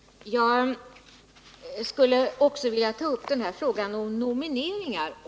Jag skulle också vilja ta upp frågan om nomineringar.